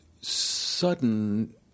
sudden